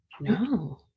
No